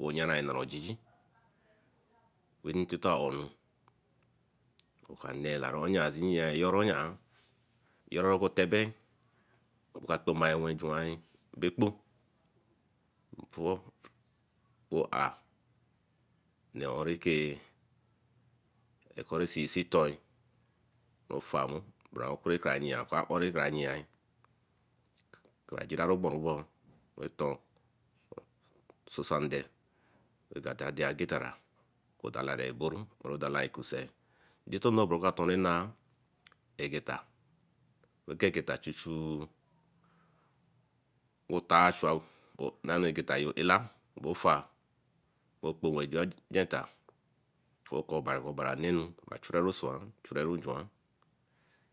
Oyanah nara jiji wen tital Onl oka nee lary Ona lee jare Onaa jaro του tebee oka Kpewin We giwen bekpomp Dare nee Onreka Ikor seen see toen ofamu bercke bra yiary obaci gera por runrun aton sosande akate agetarah. but dalaboru dalacussan. Intéto bra okaton anah egeta neegeta chuch Otason nanogetayo atıla bufar we spo wen getta oka Obari Wanmenu chver Swan chureru juan.